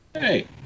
Hey